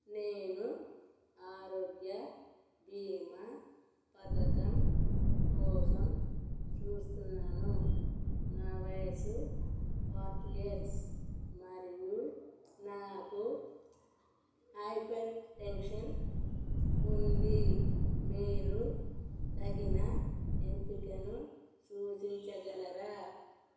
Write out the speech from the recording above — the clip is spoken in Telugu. నేను ఆరోగ్య బీమా పథకం కోసం చూస్తున్నాను నా వయసు ఫార్టీ ఇయర్స్ మరియు నాకు హైపర్ టెన్షన్ ఉంది మీరు తగిన ఎంపికను సూచించగలరా